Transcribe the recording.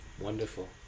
Wonderful